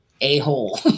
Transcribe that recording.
a-hole